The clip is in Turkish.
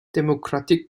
demokratik